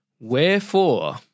Wherefore